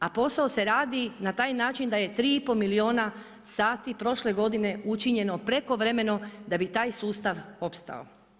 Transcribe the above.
A posao se radi na taj način da je 3 i pol milijuna sati prošle godine učinjeno prekovremeno da bi taj sustav opstao.